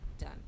done